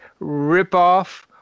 Ripoff